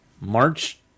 March